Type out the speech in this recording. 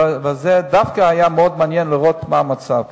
וזה דווקא היה מאוד מעניין לראות מה המצב.